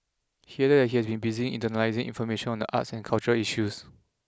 he added that he has been busy internalising information on the arts and cultural issues